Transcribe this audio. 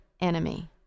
enemy